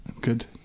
good